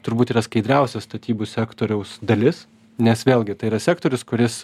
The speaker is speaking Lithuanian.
turbūt yra skaidriausia statybų sektoriaus dalis nes vėlgi tai yra sektorius kuris